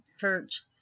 church